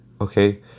okay